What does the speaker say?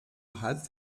halb